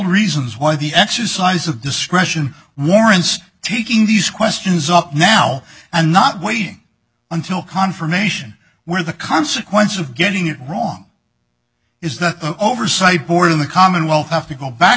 reasons why the exercise of discretion warrants taking these questions up now and not waiting until confirmation where the consequences of getting it wrong is the oversight board in the commonwealth have to go back